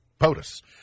POTUS